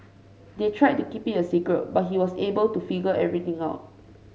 they tried to keep it a secret but he was able to figure everything out